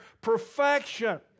perfection